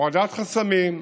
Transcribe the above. הורדת חסמים,